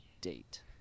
date